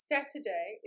Saturday